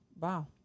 Wow